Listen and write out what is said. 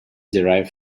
derived